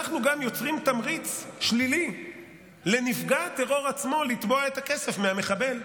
אנחנו גם יוצרים תמריץ שלילי לנפגע הטרור עצמו לתבוע את הכסף מהמחבל,